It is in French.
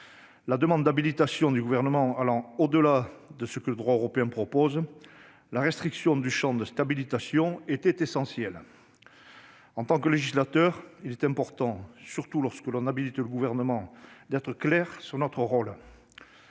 La demande d'habilitation du Gouvernement allant au-delà de ce que le droit européen propose, la restriction du champ de cette habilitation était essentielle. En tant que législateurs, il est important, surtout lorsque nous habilitons le Gouvernement, d'être clairs sur notre rôle.